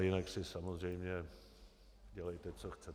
Jinak si samozřejmě dělejte, co chcete.